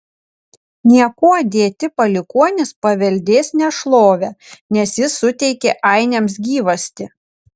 niekuo dėti palikuonys paveldės nešlovę nes jis suteikė ainiams gyvastį